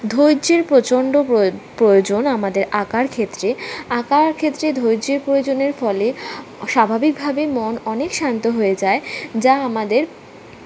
ধৈর্যের প্রচণ্ড প্রয়োজন আমাদের আঁকার ক্ষেত্রে আঁকার ক্ষেত্রে ধৈর্যের প্রয়োজনের ফলে স্বাভাবিকভাবেই মন অনেক শান্ত হয়ে যায় যা আমাদের